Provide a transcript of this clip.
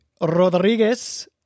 Rodriguez